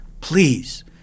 Please